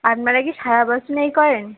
আপনারা কি সারা বছর এই করেন